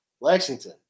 Lexington